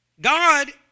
God